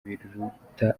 biruta